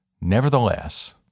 nevertheless